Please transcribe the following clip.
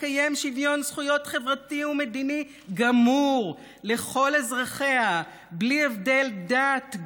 תקיים שוויון זכויות חברתי ומדיני גמור לכל אזרחיה בלי הבדל דת,